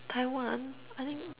Taiwan I think